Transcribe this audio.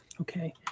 Okay